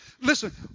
listen